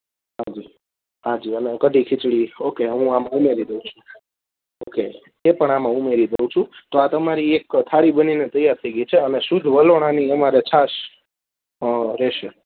હા જી હા જી અને કઢી ખીચડી ઓકે હું આમાં ઉમેરી દઉં છું ઓકે એ પણ આમાં ઉમેરી દઉં છું તો આ તમારી એક થાળી બનીને તૈયાર થઈ ગઈ છે અને શુદ્ધ વલોણાની વલવણાની અમારે છાશ રહેશે